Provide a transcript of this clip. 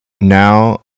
now